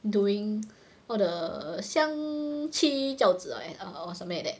doing all the 相妻教子 and err or something like that